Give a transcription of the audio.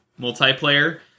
multiplayer